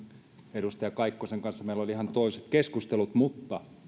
edustaja kaikkosen kanssa meillä oli ihan toiset keskustelut mutta